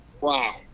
Wow